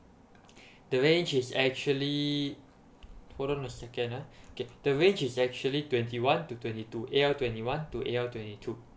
the range is actually hold on a second ah okay the range is actually twenty one to twenty two A_L twenty one to A_L twenty two